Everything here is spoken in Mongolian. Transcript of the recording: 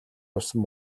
явсан